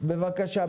בבקשה.